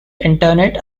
internet